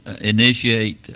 initiate